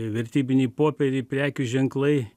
vertybiniai popieriai prekių ženklai